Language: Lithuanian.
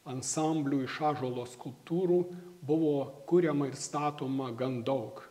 ansamblių iš ąžuolo skulptūrų buvo kuriama ir statoma gan daug